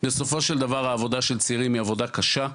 בסופו של דבר העבודה של צעירים היא עבודה קשה,